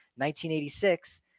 1986